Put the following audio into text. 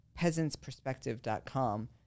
peasantsperspective.com